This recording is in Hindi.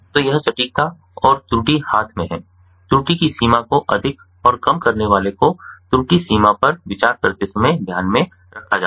तो यह सटीकता और त्रुटि हाथ में है त्रुटि की सीमा को अधिक और कम करने वाले को त्रुटि सीमा पर विचार करते समय ध्यान में रखा जाता है